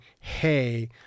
hey